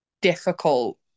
difficult